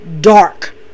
dark